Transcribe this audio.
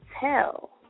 tell